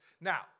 now